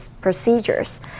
procedures